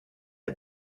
est